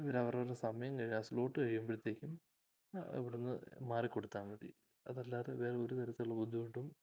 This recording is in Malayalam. ഇവര് അവരവരുടെ സമയം കഴിഞ്ഞാല് ആ സ്ലോട്ട് കഴിയുമ്പോഴത്തേക്കും ഇവിടുന്ന് മാറിക്കൊടുത്താല് മതി അതല്ലാതെ വേറൊരു തരത്തിലുള്ള ബുദ്ധിമുട്ടും